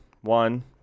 one